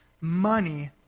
money